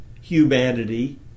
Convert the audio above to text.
humanity